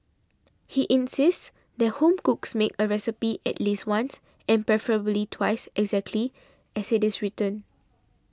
he insists that home cooks make a recipe at least once and preferably twice exactly as it is written